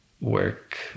work